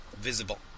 visible